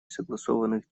согласованных